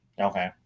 okay